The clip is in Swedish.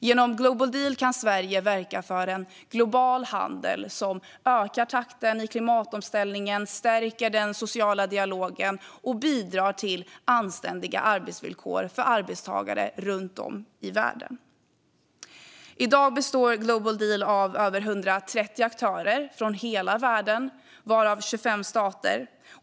Genom Global Deal kan Sverige verka för en global handel som ökar takten i klimatomställningen, stärker den sociala dialogen och bidrar till anständiga arbetsvillkor för arbetstagare runt om i världen. I dag består Global Deal av över 130 aktörer från hela världen, varav 25 stater.